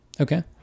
Okay